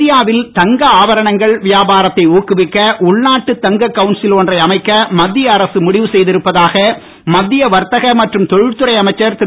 இந்தியாவில் தங்க ஆபரணங்கள் வியாபாரத்தை ஊக்குவிக்க உள்நாட்டு தங்க கவுன்சில் ஒன்றை அமைக்க மத்திய அரசு முடிவு செய்திருப்பதாக மத்திய வர்த்தக மற்றும் தொழில்துறை அமைச்சர் திரு